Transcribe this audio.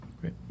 Great